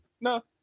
no